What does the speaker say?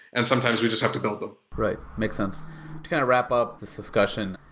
and sometimes we just have to build them. right. makes sense. to kind of wrap up this discussion,